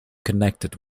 connected